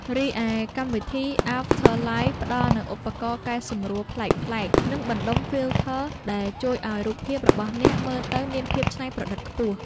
រីឯកម្មវិធី អាហ្វធ័រឡៃ ផ្ដល់នូវឧបករណ៍កែសម្រួលប្លែកៗ និងបណ្តុំ ហ្វីលធ័រ ដែលជួយឱ្យរូបភាពរបស់អ្នកមើលទៅមានភាពច្នៃប្រឌិតខ្ពស់។